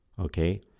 Okay